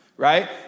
right